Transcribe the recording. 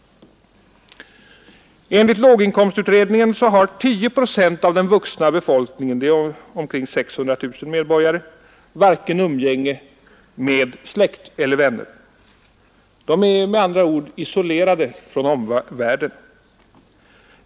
Enligt låginkomstutredningen har 10 procent av den vuxna befolkningen — det är omkring 600 000 medborgare — inte umgänge med vare sig släkt eller vänner. De är med andra ord isolerade från omvärlden.